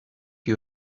you